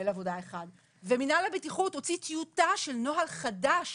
עבודה אחד ומינהל הבטיחות הוציא טיוטה של נוהל חדש